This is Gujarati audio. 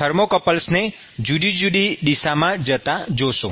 થર્મોકપલ્સને જુદી જુદી દિશામાં જતા જોશો